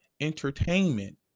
entertainment